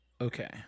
Okay